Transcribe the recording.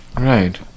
Right